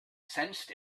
sensed